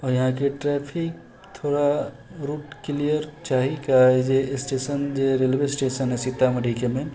आओर यहाँके ट्रैफिक थोड़ा रूट क्लिअर चाही काहे जे स्टेशन जे रेलवे स्टेशन हइ सीतामढ़ीके मेन